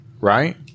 right